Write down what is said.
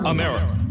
America